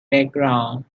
background